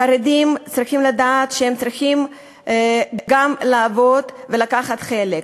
חרדים צריכים לדעת שהם צריכים גם לעבוד ולקחת חלק.